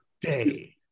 day